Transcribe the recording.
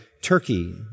Turkey